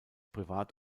privat